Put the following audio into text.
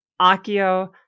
Akio